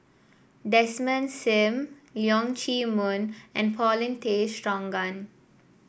Desmond Sim Leong Chee Mun and Paulin Tay Straughan